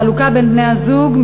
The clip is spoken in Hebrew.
החלוקה בין בני-הזוג,